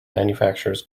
manufactures